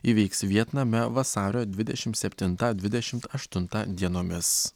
įvyks vietname vasario dvidešimt septintą dvidešimt aštuntą dienomis